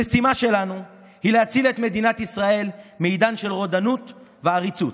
המשימה שלנו היא להציל את מדינת ישראל מעידן של רודנות ועריצות.